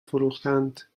فروختند